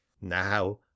Now